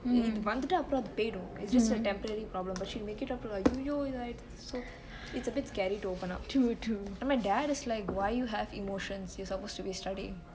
இது வந்துட்டா அப்ரொ பொய்டு:ithu vanthutta apro peidu it's just a temporary problem but she make it up to !aiyoyo! இதா ஆயிடுச்செ:ithaa aayiduche it's a bit scary to open up and my dad is like why you have emotions you're supposed to be studying